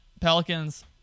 pelicans